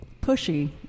pushy